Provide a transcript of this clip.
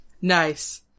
Nice